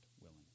willing